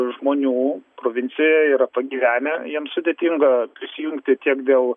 žmonių provincijoje yra pagyvenę jiems sudėtinga prisijungti tiek dėl